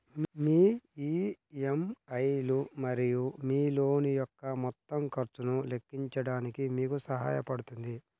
మీ EMI లు మరియు మీ లోన్ యొక్క మొత్తం ఖర్చును లెక్కించడానికి మీకు సహాయపడుతుంది